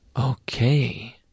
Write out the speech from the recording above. Okay